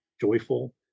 joyful